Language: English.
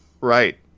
Right